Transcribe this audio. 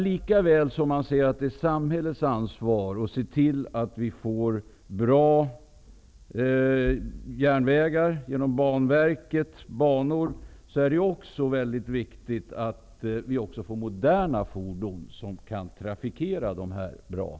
Lika väl som man säger att det är samhällets ansvar att se till att vi får bra järnvägar genom Banverkets banor, är det viktigt att vi får moderna fordon som kan trafikera de här spåren.